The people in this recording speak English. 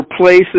places